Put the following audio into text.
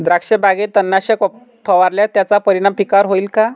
द्राक्षबागेत तणनाशक फवारल्यास त्याचा परिणाम पिकावर होईल का?